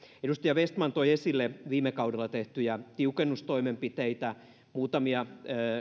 edustaja vestman toi esille viime kaudella tehtyjä tiukennustoimenpiteitä muutamia